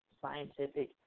scientific